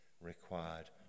required